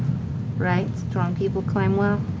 right, strong people climb well?